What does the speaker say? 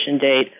date